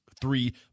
three